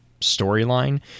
storyline